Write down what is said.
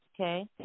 okay